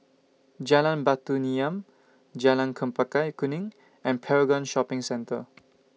Jalan Batu Nilam Jalan Chempaka Kuning and Paragon Shopping Centre